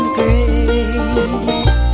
grace